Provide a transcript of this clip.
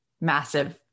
massive